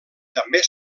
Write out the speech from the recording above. també